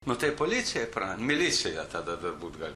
nu tai policijai pran milicijai tada dar būt gal